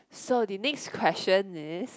so the next question is